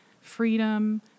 freedom